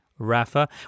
Rafa